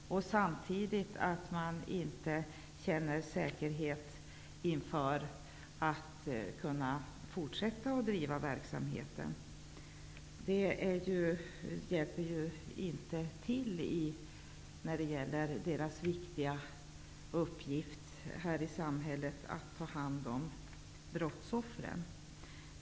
Samtidigt känner man inte säkerhet för att kunna fortsätta att driva verksamheten. Det hjälper väl knappast till i deras viktiga uppgift i samhället, att ta hand om brottsoffren.